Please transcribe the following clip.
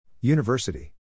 University